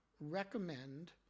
recommend